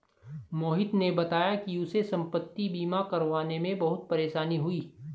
मोहित ने बताया कि उसे संपति बीमा करवाने में बहुत परेशानी हुई